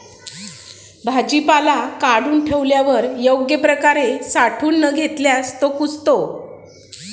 भाजीपाला काढून ठेवल्यावर योग्य प्रकारे साठवून न घेतल्यास तो कुजतो